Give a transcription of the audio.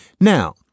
Now